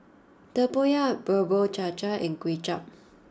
Tempoyak Bubur Cha Cha and Kuay Chap